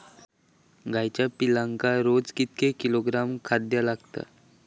गाईच्या पिल्लाक रोज कितके किलोग्रॅम खाद्य लागता?